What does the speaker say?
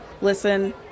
Listen